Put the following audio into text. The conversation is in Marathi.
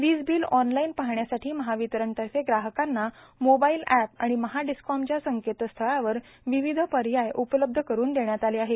वीज बील ऑनलाईन पाहण्यासाठी महावितरणतर्फे ग्राहकांना मोबाईल एप आणि महाडिस्कॉमच्या संकेतस्थळावर विविध पर्याय उपलब्ध करून देण्यात आले आहेत